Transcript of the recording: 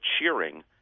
cheering